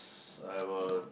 I will